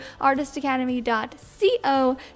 artistacademy.co